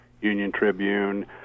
Union-Tribune